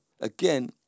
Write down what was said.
Again